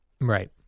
Right